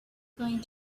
going